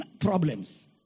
problems